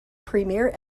premiere